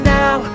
now